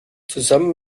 zusammen